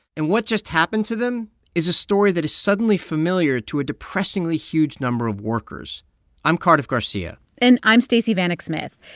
and what just happened to them is a story that is suddenly familiar to a depressingly huge number of workers i'm cardiff garcia and i'm stacey vanek smith.